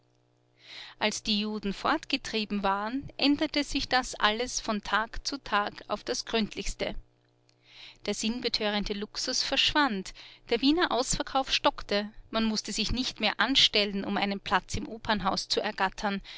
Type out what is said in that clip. als die juden fortgetrieben waren änderte sich das alles von tag zu tag auf das gründlichste der sinnbetörende luxus verschwand der wiener ausverkauf stockte man mußte sich nicht mehr anstellen um einen platz im opernhaus zu ergattern